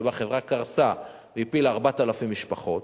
שבה החברה קרסה והפילה 4,000 משפחות.